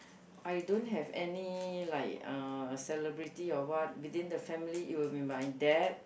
I don't have any like uh celebrity or what within the family it will be my dad